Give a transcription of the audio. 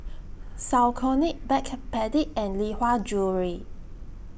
Saucony Backpedic and Lee Hwa Jewellery